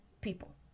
people